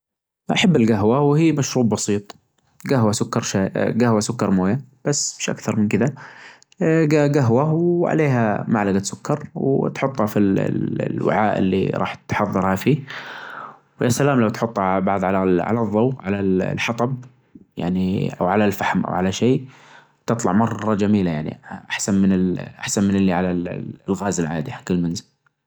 المغرب الصراحة، ماتح-ماتوقعت أن المغرب كدا چميلة مرة، يعنى كنت أسمع دائما عن المغرب بس أحسبها دولة عادية يعنى ما فيها-ما فيها طبيعة ما فيها زيارات ما فيها-ما فيها أى شي، يعنى من يسمع عن المغرب أى حاچة، مع أن ما عندهم تسويق چيد للسياحة عندهم لكنها والله دير زينة ودولة چميلة وكل حاچة فيها يعنى فل الفل.